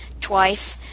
twice